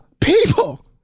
people